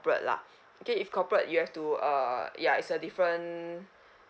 ~porate lah okay corporate you have to err ya its a different